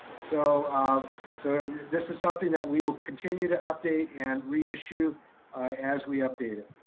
so so this is something that we will continue to update and reissue as we update it.